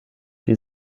die